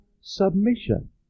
submission